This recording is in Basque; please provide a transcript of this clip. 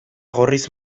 gorriz